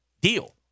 deal